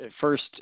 first